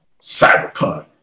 Cyberpunk